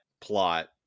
plot